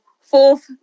fourth